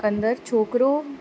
कंदड़ छोकिरो